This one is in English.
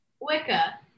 Wicca